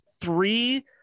three